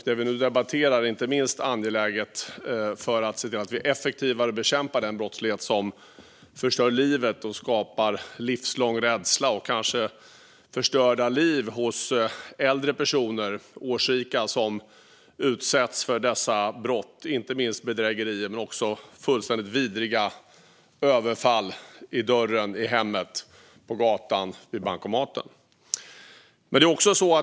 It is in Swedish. Det vi nu debatterar är inte minst angeläget för att se till att vi effektivare bekämpar den brottslighet som skapar livslång rädsla och kanske förstörda liv hos äldre personer - årsrika - som utsätts för den. Det handlar inte minst om bedrägerier men också om fullständigt vidriga överfall vid dörren till hemmet, på gatan eller vid bankomaten.